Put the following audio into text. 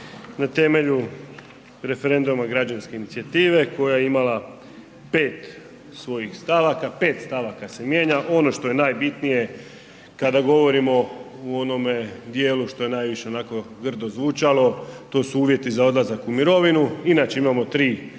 na temelju referenduma građanske inicijative koja je imala pet svojih stavaka, pet stavaka se mijenja. Ono što je najbitnije kada govorimo u onome dijelu što je najviše onako grdo zvučalo, to su uvjeti za odlazak u mirovinu. Inače imamo tri standardna